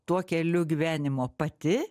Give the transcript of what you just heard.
tuo keliu gyvenimo pati